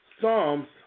Psalms